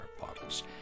bottles